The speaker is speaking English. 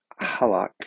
Halak